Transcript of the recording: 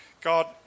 God